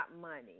money